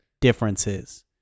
differences